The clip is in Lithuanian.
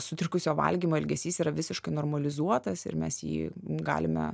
sutrikusio valgymo elgesys yra visiškai normalizuotas ir mes jį galime